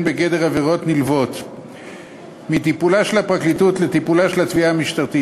בגדר עבירות נלוות מטיפולה של הפרקליטות לטיפולה של התביעה המשטרתית,